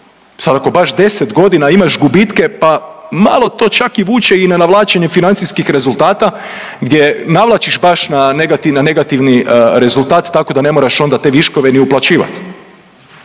Sad ako baš 10 godina imaš gubitke, pa malo to čak i vuče na navlačenje financijskih rezultata gdje navlačiš baš na negativni rezultat tako da onda ne moraš onda te viškove ni uplaćivati.